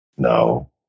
No